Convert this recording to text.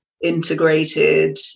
integrated